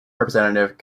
representative